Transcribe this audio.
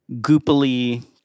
goopily